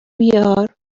بیار